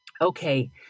Okay